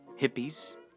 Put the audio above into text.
hippies